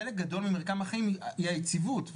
חלק גדול ממרקם החיים הוא יציבות.